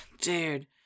Dude